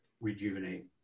rejuvenate